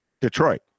Detroit